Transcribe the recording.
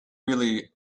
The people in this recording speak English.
really